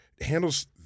handles